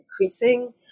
increasing